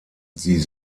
sie